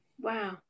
Wow